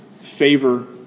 favor